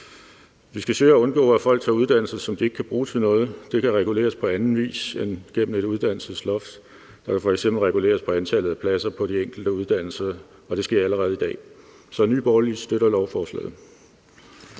Vi skal søge at undgå, at folk tager uddannelser, som de ikke kan bruge til noget. Det kan reguleres på anden vis end gennem et uddannelsesloft. Der kan f.eks. reguleres på antallet af pladser på de enkelte uddannelser, og det sker allerede i dag. Så Nye Borgerlige støtter lovforslaget.